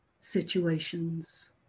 situations